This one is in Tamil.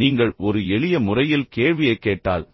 நீங்கள் ஒரு எளிய முறையில் கேள்வியைக் கேட்டால்